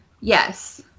Yes